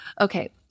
Okay